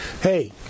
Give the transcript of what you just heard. hey